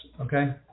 okay